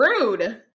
rude